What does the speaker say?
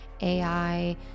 ai